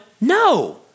no